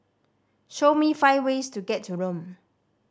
show me five ways to get to Rome